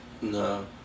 No